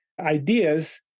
ideas